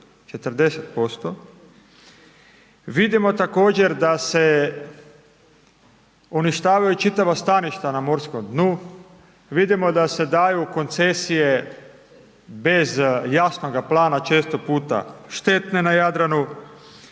Vidimo također da se uništavaju čitava staništa na morskom dnu, vidimo da se daju koncesije bez jasnoga plana, često puta štetne na Jadranu,